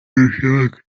rushoboka